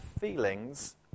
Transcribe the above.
feelings